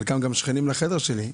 חלקם גם שכנים לחדר שלי.